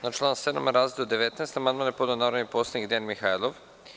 Na član 7. razdeo 19. amandman je podneo narodni poslanik Dejan Mihajlov.